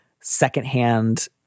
secondhand